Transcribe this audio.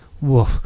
Woof